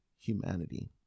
humanity